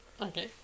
okay